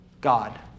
God